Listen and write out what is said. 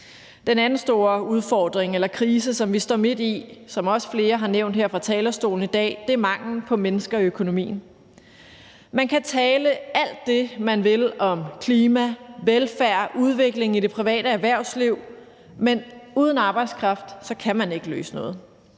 eller krise, som vi står midt i, som også flere har nævnt her fra talerstolen i dag, er manglen på mennesker i økonomien. Man kan tale alt det, man vil, om klima, velfærd og udvikling i det private erhvervsliv, men uden arbejdskraft kan man ikke løse noget,